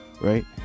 right